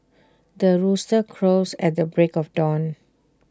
the rooster crows at the break of dawn